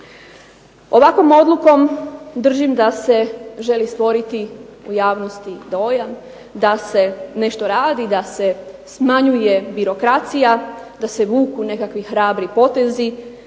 Ovakvom odlukom držim da se želi stvoriti u javnosti dojam da se nešto radi, da se smanjuje birokracija, da se vuku nekakvi hrabri potezi,